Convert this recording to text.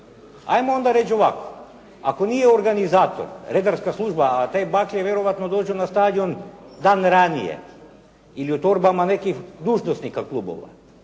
ajmo onda reći ovako, ako nije organizator, redarska služba, a te baklje vjerojatno dođu na stadion dan ranije ili u torbama nekih dužnosnika klubova.